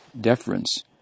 deference